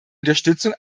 unterstützung